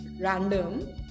random